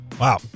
Wow